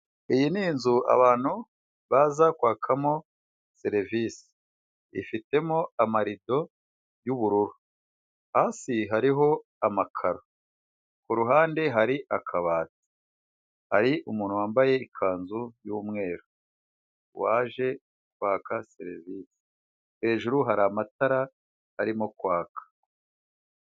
Iyi ni inzu abantu baza kwakamo serivisi, ifitemo amarido y'ubururu hasi hariho amakararo, kuruhande hari akabati, hari umuntu wambaye ikanzu y'umweru waje kwaka serevisi; hejuru hari amatara arimo kwaka.